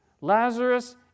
Lazarus